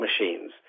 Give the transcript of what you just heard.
machines